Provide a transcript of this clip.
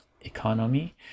economy